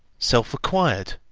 self-acquired,